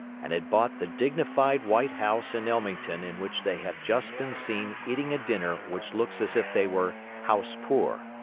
and had bought the dignified white house in ellmington in which they have just been seen eating a dinner which looks as if they were house poor.